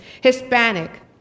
Hispanic